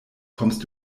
kommst